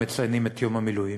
כשמציינים את יום המילואים.